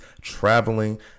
traveling